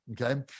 okay